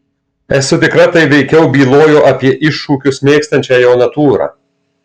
esu tikra tai veikiau bylojo apie iššūkius mėgstančią jo natūrą